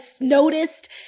noticed